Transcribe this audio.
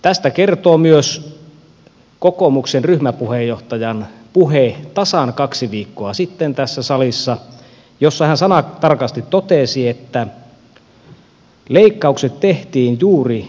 tästä kertoo myös kokoomuksen ryhmäpuheenjohtajan puhe tasan kaksi viikkoa sitten tässä salissa kun hän sanatarkasti totesi että leikkaukset tehtiin juuri lapsiemme tähden